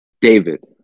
David